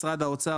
משרד האוצר,